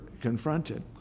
confronted